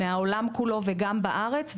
מהעולם כולו וגם בארץ,